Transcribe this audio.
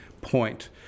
point